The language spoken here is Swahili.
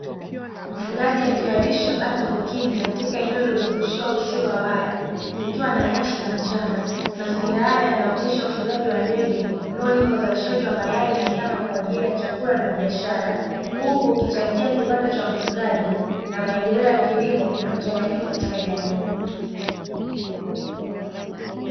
Mfugaji akiwalisha bata bukini katika eneo lililo zungushiwa uzio wa waya likiwa na nyasi na mchanga, mazingira haya yanaonyesha ufugaji wa ndege unaolenga uzalishaji wa mayai na nyama kwaajili ya chakula na biashara, huku ikichangia kipato cha mfugaji na maendeleo ya kilimo na mchanganyiko katika jamii.